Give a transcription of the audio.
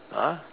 ah